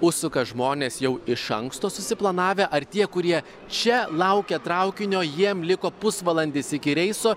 užsuka žmonės jau iš anksto susiplanavę ar tie kurie čia laukia traukinio jiem liko pusvalandis iki reiso